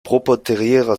proprietärer